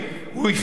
הוא יפסוק